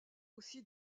aussi